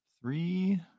Three